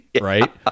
Right